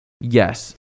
yes